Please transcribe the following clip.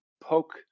poke